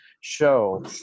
show